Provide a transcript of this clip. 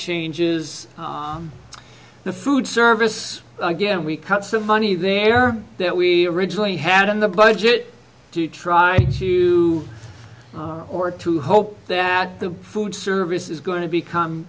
changes the food service again we cut some money there that we originally had in the budget to try to or to hope that the food service is going to become